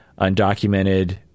undocumented